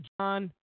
John